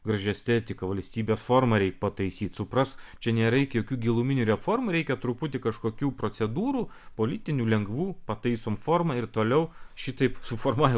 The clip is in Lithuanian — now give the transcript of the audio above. graži estetika valstybės formą reik pataisyt suprask čia nėra juk jokių giluminių reformų reikia truputį kažkokių procedūrų politinių lengvų pataisom formą ir toliau šitaip suformavę